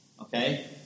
Okay